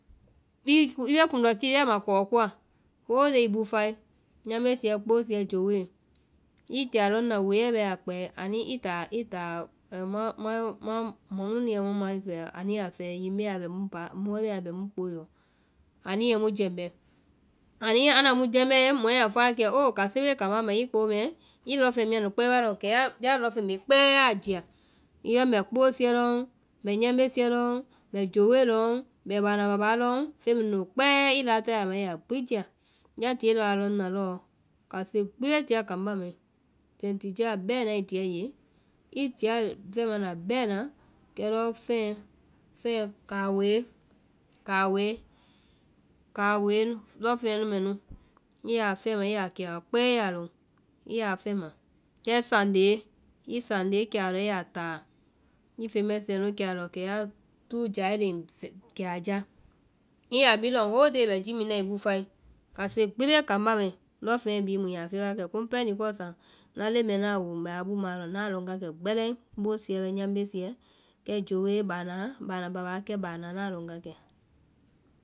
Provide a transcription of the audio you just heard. I ku- i bee kundɔkii bɛɛ ma kɔɔ koa, hoo dee i bufae, nyambe siɛ, kpoosiɛ, jowoe, i tie a lɔŋ na, woɛɛ bɛ a kpɛ ani- i táa muã mɔ mu nuĩ mu yɛ mu mai fɛɛ. ani ya fɛɛ mbɛ wa bɛ mu kpáa-mɔ wa bɛ mu kpoe yɔ. ani yɛ mu jɛmbɛ, ani- anda mu jɛmbe, mɔɛ ya fɔ wa kɛ alɔ oo káse bee kambá mai i kpoo mɛɛ, i lɔŋfeŋɛ mia nu kpɛɛ wa lɔŋ? Kɛ ya lɔŋ bee kpɛɛ yaa jia, yɔ mbɛ kpoosiɛ lɔŋ, mbɛ nyambe siɛ lɔŋ, mbɛ jowoe lɔŋ, mbɛ báana bábá lɔŋ, feŋ bhii nu nu kpɛɛ i la tayɛ anu ma i yaa jia. ya tie lɔɔ a lɔŋ na lɔɔ, kásee gbi be tia kambá mai, sɛtija bɛna i tia i ye, i tia fɛma na bɛna, kɛ lɔ fɛɛ, fɛɛ káwoe, káwoe, káwoe lɔŋ feŋɛ nu mɛ nu i ya fɛma i ya kɛaɔ kpɛɛ i yaa lɔŋ, i yaa fɛma, kɛ sánde, i sánde kɛ a lɔ i yáa táa, i feŋ mɛsɛɛ nu kɛa lɔ kɛ ya túu jae léŋ kɛ a ya, i ya a bhii lɔŋ hoday i bɛ ji mina i bufae, kase gbi bée kambá mai, lɔŋfeŋɛ bhii mu yaa fɛɛ wa kɛ, kiimu pɛɛ nikɔsaŋ ŋna leŋ mɛɛ ŋna a woo ŋ bɛ a bumaã lɔ ŋna a lɔŋ wa kɛ gbɛlɛŋ, kpoosiɛ kɛ nyambe siɛ, kɛ jowoe, báana bábaa kɛ bánaa ŋna a lɔŋ wa kɛ